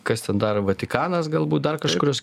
kas ten dar vatikanas galbūt dar kažkurios